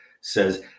says